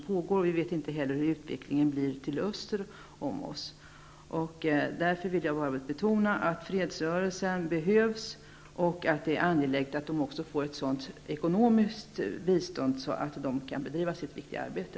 Vi vet ju inte heller hur utvecklingen blir öster om oss. Fredsrörelsen behövs, och det är angeläget att den får ett sådant ekonomiskt bistånd att den kan bedriva sitt viktiga arbete.